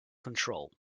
control